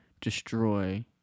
destroy